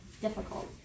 difficult